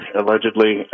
allegedly